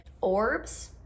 orbs